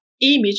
image